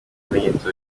bimenyetso